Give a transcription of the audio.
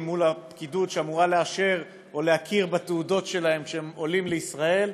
מול הפקידות שאמורה לאשר או להכיר בתעודות שלהם שהם עולים לישראל,